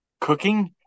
Cooking